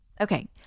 Okay